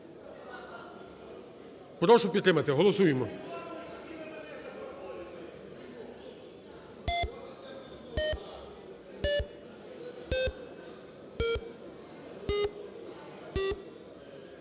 Прошу підтримати, голосуємо.